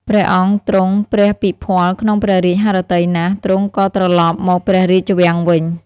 ព្រះអង្គទ្រង់ព្រះពិភាល់ក្នុងព្រះរាជហឫទ័យណាស់ ទ្រង់ក៏ត្រឡប់មកព្រះរាជវាំងវិញ។